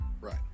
Right